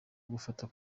gufata